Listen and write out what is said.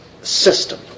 system